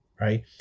right